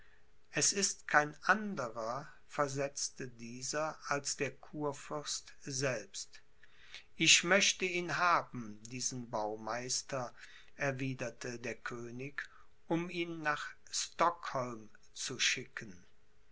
es ist kein anderer versetzte dieser als der kurfürst selbst ich möchte ihn haben diesen baumeister erwiederte der könig um ihn nach stockholm zu schicken